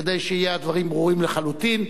כדי שיהיו הדברים ברורים לחלוטין.